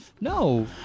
No